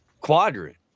Quadrant